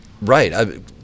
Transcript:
Right